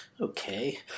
Okay